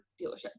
dealership